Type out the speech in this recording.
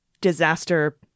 disaster